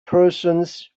persons